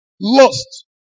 lost